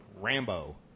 Rambo